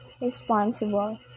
responsible